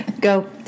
Go